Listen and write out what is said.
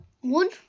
one